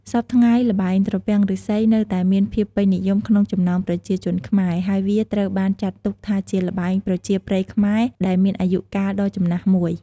សព្វថ្ងៃ ល្បែងត្រពាំងឬស្សីនៅតែមានភាពពេញនិយមក្នុងចំណោមប្រជាជនខ្មែរ ហើយវាត្រូវបានចាត់ទុកថាជាល្បែងប្រជាប្រិយខ្មែរដែលមានអាយុកាលដ៏ចំណាស់មួយ។